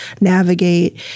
navigate